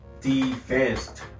defense